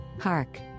Hark